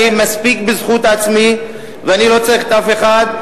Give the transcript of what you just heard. אני מספיק בזכות עצמי ואני לא צריך אף אחד.